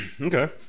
Okay